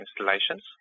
installations